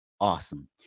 awesome